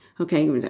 Okay